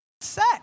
set